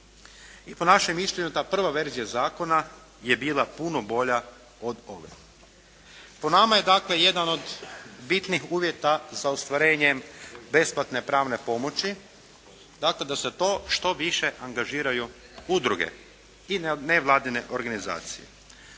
i po našem mišljenju ta prva verzija zakona je bila puno bolja od ove. Po nama je dakle jedan od bitnih uvjeta za ostvarenjem besplatne pravne pomoć dakle da se to što više angažiraju udruge i nevladine organizacije.